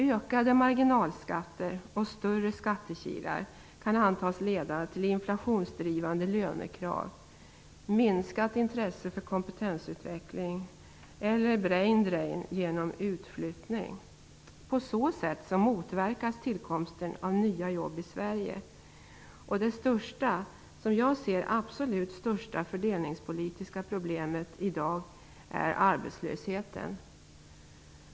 Ökade marginalskatter och större skattekilar kan antas leda till inflationsdrivande lönekrav, minskat intresse för kompetensutveckling eller brain-drain genom utflyttning. På så sätt motverkas tillkomsten av nya jobb i Sverige. Det absolut största fördelningspolitiska problemet i dag är, som jag ser det, arbetslösheten.